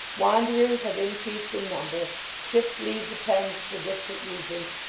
wanderers have increased in number ships leave the thames for distant regions,